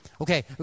Okay